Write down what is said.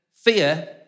fear